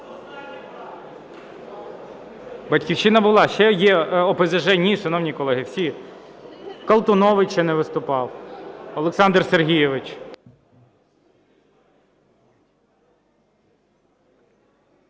"Батьківщина" була. Ще є ОПЗЖ. Ні, шановні колеги, всі. Колтунович ще не виступав, Олександр Сергійович.